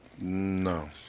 No